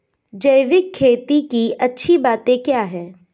जैविक खेती की अच्छी बातें क्या हैं?